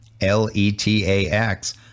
L-E-T-A-X